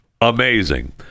amazing